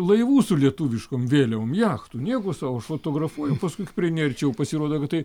laivų su lietuviškom vėliau jachtų nieko sau aš fotografuoju paskui kai prieini arčiau pasirodo kad tai